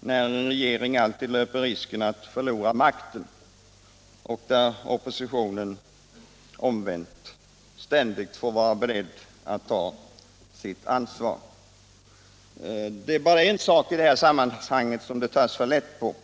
när en regering alltid löper risken att förlora makten och när oppositionen — omvänt — ständigt får vara beredd att ta sitt ansvar. Det är bara en sak i det här sammanhanget som det tas för lätt på.